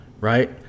right